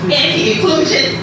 anti-inclusion